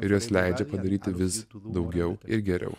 ir jos leidžia padaryti vis daugiau ir geriau